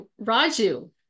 Raju